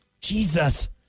Jesus